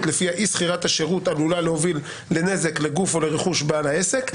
לפיה אי שכירת השירות עלולה להוביל לנזק לגוף או לרכוש בעל העסק.